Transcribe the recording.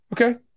Okay